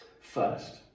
First